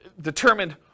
determined